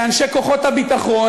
לאנשי כוחות הביטחון,